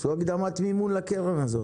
יעשו הקדמת מימון לקרן הזאת.